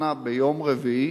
אנא, ביום רביעי,